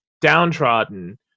downtrodden